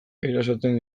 erasaten